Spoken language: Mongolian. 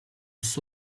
бус